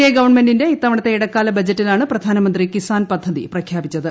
A ഗവൺമെന്റിന്റെ ഇത്തവണത്തെ ഇടക്കാല ബഡ്ജറ്റിലാണ് പ്രധാനമന്ത്രി കിസ്സാൻ പദ്ധതി പ്രഖ്യാപിച്ചത്